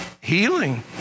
healing